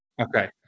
Okay